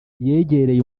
yegereye